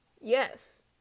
Yes